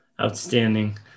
Outstanding